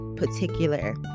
Particular